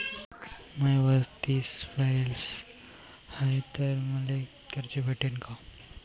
माय वय तीस वरीस हाय तर मले कर्ज भेटन का?